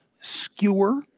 skewer